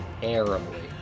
terribly